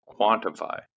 quantify